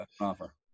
offer